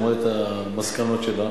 ללמוד את המסקנות שלה.